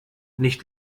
nicht